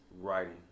writing